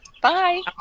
Bye